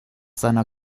seiner